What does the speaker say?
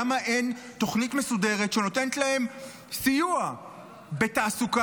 למה אין תוכנית מסודרת שנותנת להם סיוע בתעסוקה,